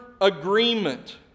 agreement